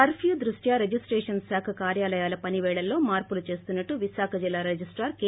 కర్న్న్ దృష్ట్యా రిజిస్టేషన్ శాఖ కార్యాలయాల పని పేళల్లో మార్సులు చేస్తున్నట్లు విశాఖ జిల్లా రిజిస్టార్ కె